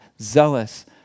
zealous